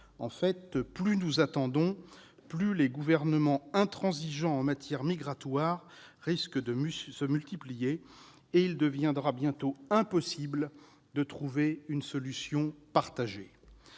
En fait, plus nous attendons, plus les gouvernements intransigeants en matière migratoire risquent de se multiplier et il deviendra bientôt impossible de trouver une solution partagée.